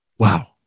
Wow